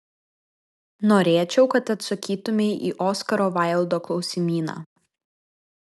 norėčiau kad atsakytumei į oskaro vaildo klausimyną